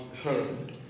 heard